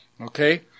Okay